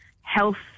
health